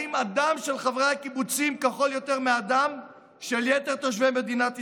האם הדם של חברי הקיבוצים כחול יותר מהדם של יתר תושבי מדינת ישראל?